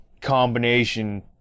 combination